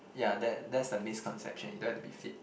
ya that that's the misconception you don't have to be fit